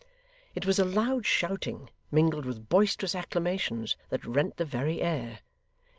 it was a loud shouting, mingled with boisterous acclamations, that rent the very air.